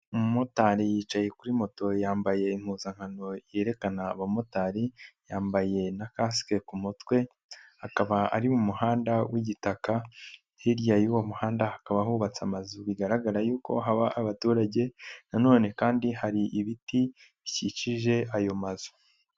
Umumotari yicaye kuri moto yambaye impuzankano yerekana abamotari, yambaye na kasike ku mutwe, akaba ari mu muhanda w'igitaka hirya y'uwo muhanda hakaba hubatse amazu bigaragara yuko haba abaturage nanone kandi hari ibiti bikikije ayo mazu.